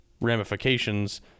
ramifications